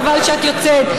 חבל שאת יוצאת,